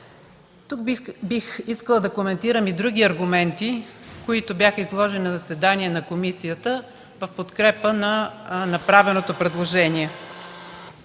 Тук бих искала да коментирам и други аргументи, които бяха изложени на заседание на комисията в подкрепа на направеното предложение.